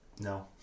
No